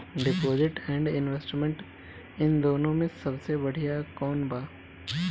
Deposit and investment इन दुनो मे से सबसे बड़िया कौन बा?